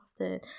often